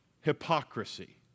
hypocrisy